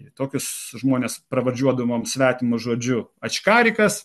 tai tokius žmones pravardžiuodavom svetimu žodžiu ačkarikas